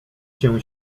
się